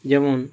যেমন